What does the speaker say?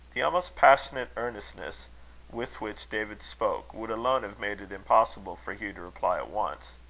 the almost passionate earnestness with which david spoke, would alone have made it impossible for hugh to reply at once.